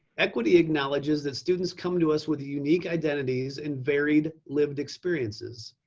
equity acknowledges that students come to us with a unique identities and varied lived experiences.